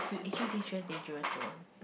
actually this dress dangerous don't want